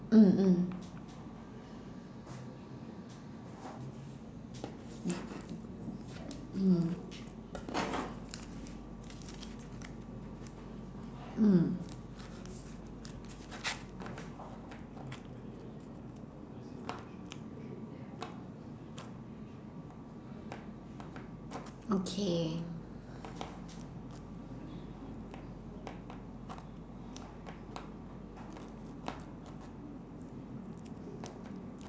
mmhmm mm mm okay